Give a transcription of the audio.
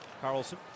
Carlson